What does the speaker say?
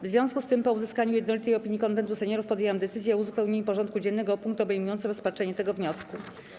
W związku z tym, po uzyskaniu jednolitej opinii Konwentu Seniorów, podjęłam decyzję o uzupełnieniu porządku dziennego o punkt obejmujący rozpatrzenie tego wniosku.